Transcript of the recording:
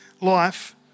life